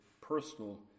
personal